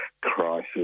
crisis